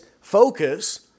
focus